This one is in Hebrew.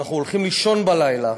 כשאנחנו הולכים לישון בלילה,